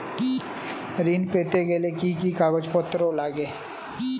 ঋণ পেতে গেলে কি কি কাগজপত্র লাগে?